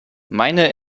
meine